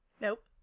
Nope